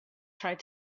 tried